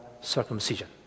circumcision